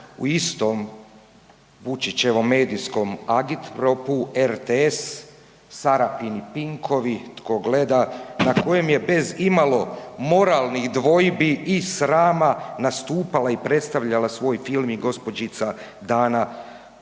u istom Vučićevom medijskom agitpropu RTS Sarapin i Pinkovi tko gleda, na kojem je bez imalo moralnih dvojbi i srama nastupala i predstavljala svoj film i gospođica Dana